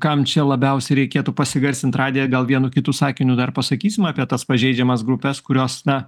kam čia labiausiai reikėtų pasigarsint radiją gal vienu kitu sakiniu dar pasakysim apie tas pažeidžiamas grupes kurios na